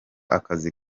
akazi